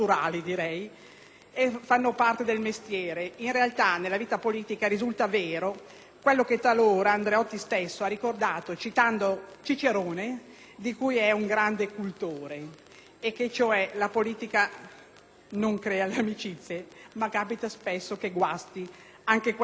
- sono parte del mestiere. In realtà, nella vita politica risulta vero quello che talora Andreotti stesso ha ricordato, citando Cicerone di cui è un grande cultore, e che cioè la politica non crea le amicizie, ma capita spesso che guasti anche quelle che ci sono.